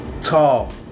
tall